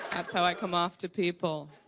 that's how i come off to people.